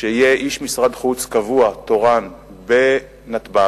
שיהיה איש משרד החוץ קבוע, תורן, בנתב"ג.